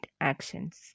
actions